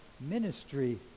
ministry